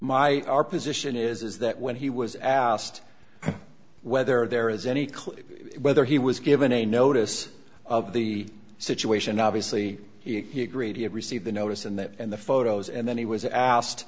my our position is that when he was asked whether there is any clear whether he was given a notice of the situation obviously he agreed to receive the notice and that and the photos and then he was asked